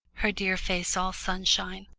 her dear face all sunshine,